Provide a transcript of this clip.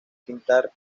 pintar